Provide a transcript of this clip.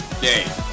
day